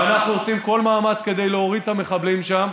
ואנחנו עושים כל מאמץ כדי להוריד את המחבלים שם.